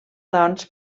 doncs